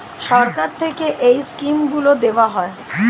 সরকার থেকে এই স্কিমগুলো দেওয়া হয়